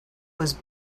was